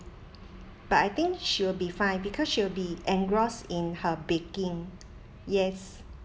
but I think she will be fine because she'll be engrossed in her baking yes